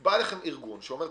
בא אליכם ארגון ואומר,